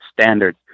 standard